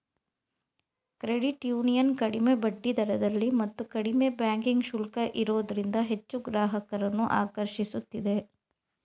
credit union ಕಡಿಮೆ ಬಡ್ಡಿದರದಲ್ಲಿ ಮತ್ತು ಕಡಿಮೆ ಬ್ಯಾಂಕಿಂಗ್ ಶುಲ್ಕ ಇರೋದ್ರಿಂದ ಹೆಚ್ಚು ಗ್ರಾಹಕರನ್ನು ಆಕರ್ಷಿಸುತ್ತಿದೆ